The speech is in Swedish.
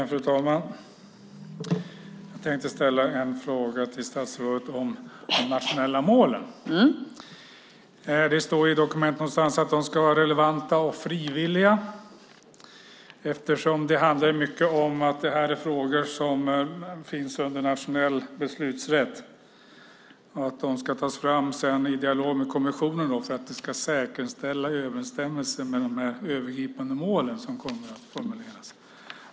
Fru talman! Jag tänkte ställa en fråga till statsrådet om de nationella målen. Det står i dokument någonstans att de ska vara relevanta och frivilliga. Det är frågor som finns under nationell beslutsrätt. De ska sedan tas fram i dialog med kommissionen för att det ska säkerställa överensstämmelser med de övergripande målen som kommer att formuleras.